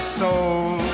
soul